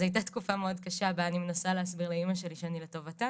אז הייתה תקופה מאוד קשה ואני מנסה להסביר לאמא שלי שאני לטובתה